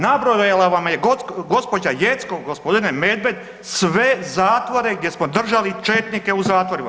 Nabrojala vam je gospođa Jeckov gospodine Medved sve zatvore gdje smo držali četnike u zatvorima.